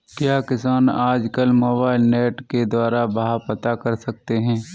क्या किसान आज कल मोबाइल नेट के द्वारा भाव पता कर सकते हैं?